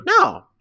no